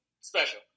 special